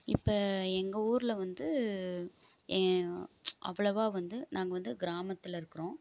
இப்போ எங்கள் ஊரில் வந்து அவ்ளவாக வந்து நாங்கள் வந்து கிராமத்தில் இருக்குறோம்